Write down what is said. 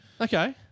okay